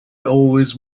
always